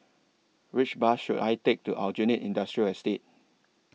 Which Bus should I Take to Aljunied Industrial Estate